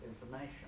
information